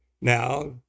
Now